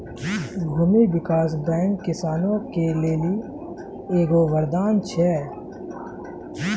भूमी विकास बैंक किसानो के लेली एगो वरदान छै